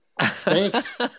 thanks